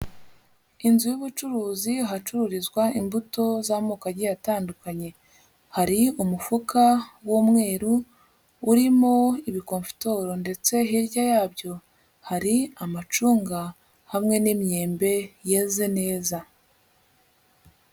Inzu y'ubucuruzi hacururizwa imbuto z'amoko agiye atandukanye. Hari umufuka w'umweru urimo ibikofitoro ndetse hirya yabyo hari amacunga hamwe n'imyembe yeze neza.